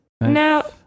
Now